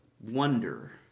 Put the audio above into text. wonder